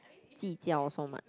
计较 so much